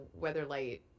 Weatherlight